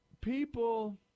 people